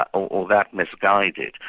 or that misguided,